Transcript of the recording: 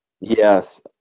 Yes